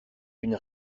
une